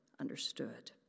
understood